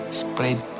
spread